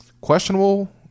questionable